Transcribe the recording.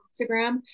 Instagram